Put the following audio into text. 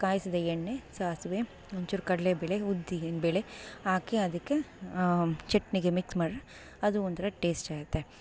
ಕಾಯಿಸಿದ ಎಣ್ಣೆ ಸಾಸಿವೆ ಒಂದ್ಚೂರು ಕಡ್ಲೆಬೇಳೆ ಉದ್ದಿನಬೇಳೆ ಹಾಕಿ ಅದಕ್ಕೆ ಚಟ್ನಿಗೆ ಮಿಕ್ಸ್ ಮಾಡ್ದ್ರೆ ಅದು ಒಂಥರ ಟೇಸ್ಟಿರತ್ತೆ